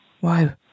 Wow